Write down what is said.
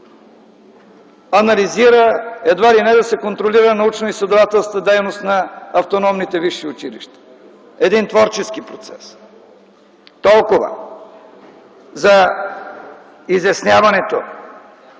анализира, едва ли не да се контролира научноизследователската дейност на автономните висши училища – един творчески процес. Толкова за изясняването